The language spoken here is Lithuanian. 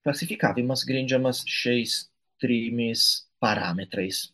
klasifikavimas grindžiamas šiais trimis parametrais